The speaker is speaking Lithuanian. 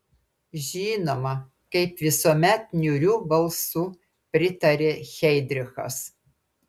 žinoma kaip visuomet niūriu balsu pritarė heidrichas